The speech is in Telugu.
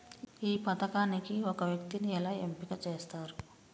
ఈ పథకానికి ఒక వ్యక్తిని ఎలా ఎంపిక చేస్తారు?